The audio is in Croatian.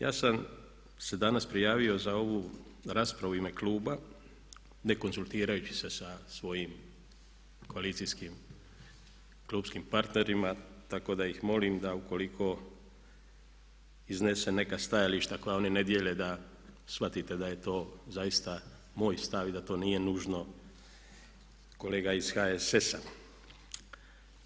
Ja sam se danas prijavio za ovu raspravu u ime kluba ne konzultirajući se sa svojim koalicijskim klupskim partnerima, tako da ih molim da ukoliko iznesem neka stajališta koja oni ne dijele da shvatite da je to zaista moj stav i da to nije nužno kolega iz HSS-a.